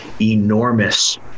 enormous